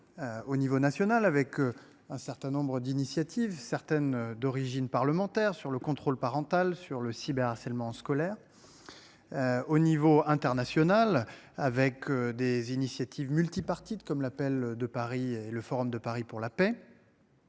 Au niveau national avec un certain nombres d'initiatives certaines d'origine parlementaire sur le contrôle parental sur le cyber harcèlement scolaire. Au niveau international avec des initiatives multipartite comme l'appel de Paris et le Forum de Paris pour la paix.